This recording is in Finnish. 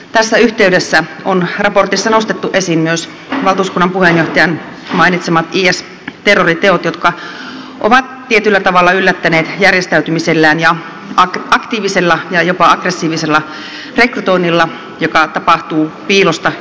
tässä yhteydessä on raportissa nostettu esiin myös valtuuskunnan puheenjohtajan mainitsevat is terroriteot jotka ovat tietyllä tavalla yllättäneet järjestäytymisellään ja aktiivisella ja jopa aggressiivisella rekrytoinnilla joka tapahtuu piilosta hyökäten